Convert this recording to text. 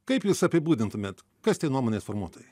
kaip jūs apibūdintumėt kas tie nuomonės formuotojai